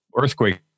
earthquake